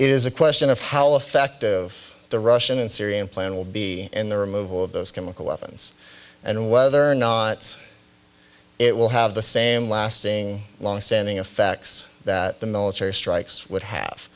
is a question of how effective the russian and syrian plan will be in the removal of those chemical weapons and whether or not it will have the same lasting long standing effects that the military strikes w